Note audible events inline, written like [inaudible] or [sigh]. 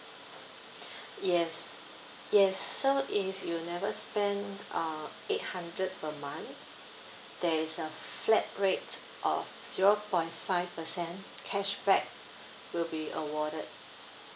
[breath] yes yes so if you never spend uh eight hundred per month there is a flat rate of zero point five percent cashback will be awarded